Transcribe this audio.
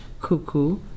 cuckoo